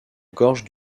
gorge